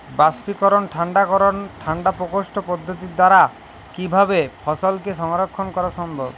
বাষ্পীকরন ঠান্ডা করণ ঠান্ডা প্রকোষ্ঠ পদ্ধতির দ্বারা কিভাবে ফসলকে সংরক্ষণ করা সম্ভব?